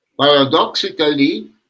paradoxically